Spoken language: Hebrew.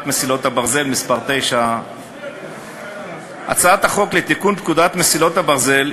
מסילות הברזל (מס' 9). הצעת החוק לתיקון פקודת מסילות הברזל,